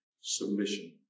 Submission